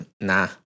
Nah